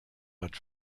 hat